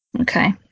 Okay